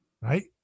right